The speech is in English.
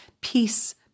Peace